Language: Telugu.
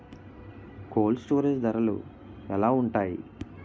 కోల్డ్ స్టోరేజ్ ధరలు ఎలా ఉంటాయి?